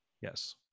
Yes